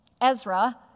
Ezra